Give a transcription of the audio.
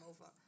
over